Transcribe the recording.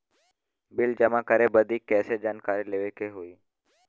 Bill जमा करे बदी कैसे जानकारी लेवे के होई?